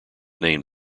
named